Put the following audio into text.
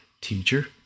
Teacher